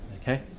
Okay